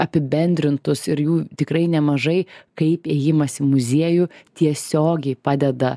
apibendrintus ir jų tikrai nemažai kaip ėjimas į muziejų tiesiogiai padeda